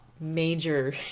major